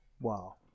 Wow